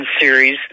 series